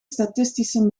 statistische